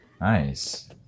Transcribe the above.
nice